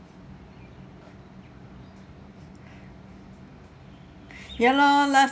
ya lor last